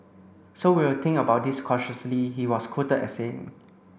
so we'll think about this cautiously he was quoted as saying